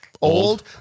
old